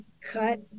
cut